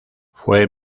fue